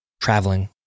traveling